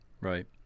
right